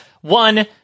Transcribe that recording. One